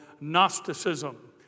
Gnosticism